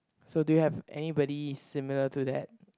so do you have anybody similar to that